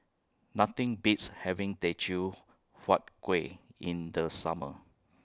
Nothing Beats having Teochew Huat Kuih in The Summer